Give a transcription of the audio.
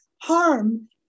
harm